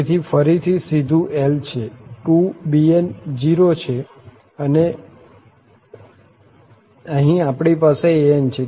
તેથી ફરીથી સીધું L છે 2bn 0 છે અને અહીં આપણી પાસે an છે